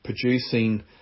producing